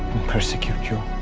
persecute you.